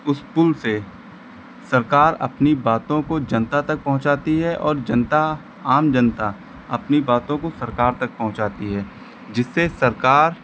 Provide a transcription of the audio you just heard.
उस पुल से सरकार अपनी बातों को जनता तक पहुँचाती है और जनता आम जनता अपनी बातों को सरकार तक पहुँचाती है जिससे सरकार